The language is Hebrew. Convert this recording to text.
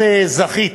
את זכית.